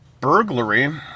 burglary